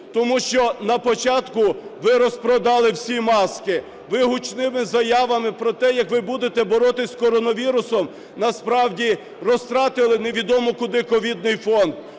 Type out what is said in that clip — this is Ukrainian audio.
Тому що на початку ви розпродали всі маски, ви гучними заявами про те, як ви будете боротися з коронавірусом, насправді розтратили невідомо куди ковідний фонд.